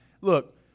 Look